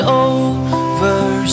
over